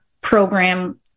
program